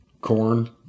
corn